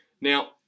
Now